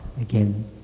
again